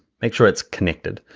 make sure it's connected.